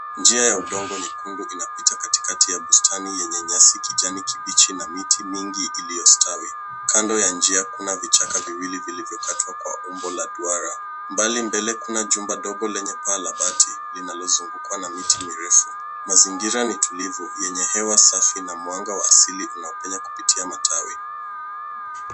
Njia ya udongo mwekundu unapita katika ya bustani Yenye nyasi kijani kibichi na miti mingi iliyostawi. Kando ya njia kuna vichaka viwili vilivyokatwa kwa umbo la duara . Kuna jumba ndogo lenye paa la bati linalozungukwa na miti mirefu. Mazingira ni tulivu yenye hewa safi na mwanga wa asili unaopenya kupitia matawi.